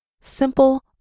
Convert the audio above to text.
Simple